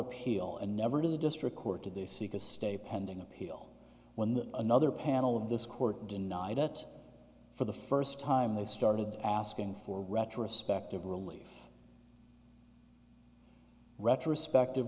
appeal and never to the district court did they seek a stay pending appeal when that another panel of this court denied it for the first time they started asking for retrospective relief retrospect